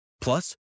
Plus